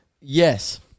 Yes